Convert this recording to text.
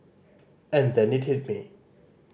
and then it hit me